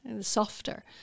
softer